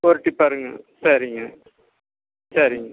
ஒரு டிப்பருங்க சரிங்க சரிங்க